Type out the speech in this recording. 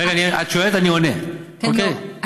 זאת אומרת, רגע, את שואלת, אני עונה, אוקיי?